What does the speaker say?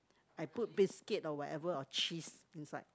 I put biscuit or whatever or cheese inside